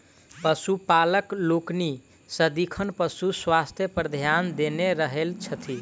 पशुपालक लोकनि सदिखन पशु स्वास्थ्य पर ध्यान देने रहैत छथि